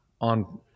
on